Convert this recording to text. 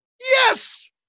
Yes